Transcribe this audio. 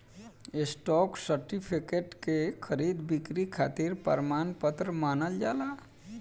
stock certificate के खरीद बिक्री खातिर प्रमाण पत्र मानल जाला